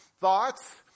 Thoughts